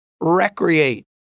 recreate